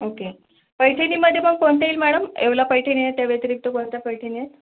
okay पैठणीमध्ये मग कोणते येईल मॅडम येवला पैठणीच्या व्यतिरिक्त कोणत्या पैठणी आहेत